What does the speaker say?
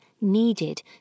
needed